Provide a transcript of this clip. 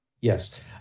Yes